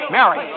Mary